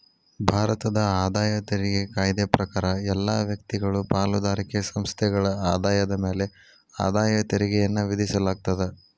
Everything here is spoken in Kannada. ಭಾರತದ ಆದಾಯ ತೆರಿಗೆ ಕಾಯ್ದೆ ಪ್ರಕಾರ ಎಲ್ಲಾ ವ್ಯಕ್ತಿಗಳು ಪಾಲುದಾರಿಕೆ ಸಂಸ್ಥೆಗಳ ಆದಾಯದ ಮ್ಯಾಲೆ ಆದಾಯ ತೆರಿಗೆಯನ್ನ ವಿಧಿಸಲಾಗ್ತದ